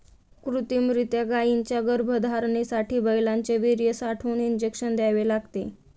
कृत्रिमरीत्या गायींच्या गर्भधारणेसाठी बैलांचे वीर्य साठवून इंजेक्शन द्यावे लागते